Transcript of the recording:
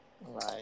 Right